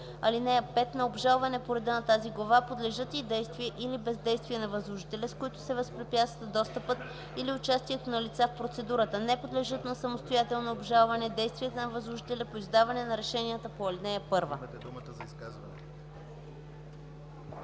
ал. 5. (5) На обжалване по реда на тази глава подлежат и действия или бездействия на възложителя, с които се възпрепятства достъпът или участието на лица в процедурата. Не подлежат на самостоятелно обжалване действията на възложителя по издаване на решенията по ал. 1.”